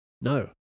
No